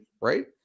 Right